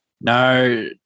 No